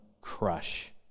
crush